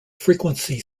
frequency